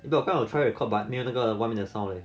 but 刚才 I try record but 没有那个外面的 sound leh